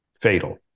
fatal